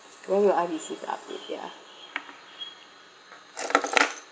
when will I receive the update ya